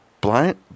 blind